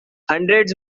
hundreds